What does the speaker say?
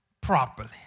properly